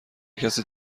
کسی